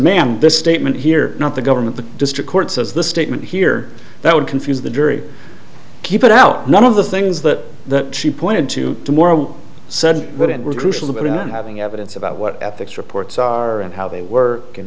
man this statement here not the government the district court says the statement here that would confuse the jury keep it out none of the things that that she pointed to to morrow said that it was crucial in and having evidence about what ethics reports are and how they were and